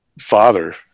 father